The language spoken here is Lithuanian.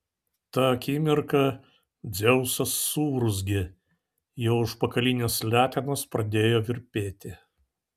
tą akimirką dzeusas suurzgė jo užpakalinės letenos pradėjo virpėti